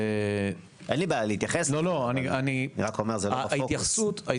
אין לי בעיה להתייחס אבל זה לא בפוקוס.